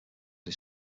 his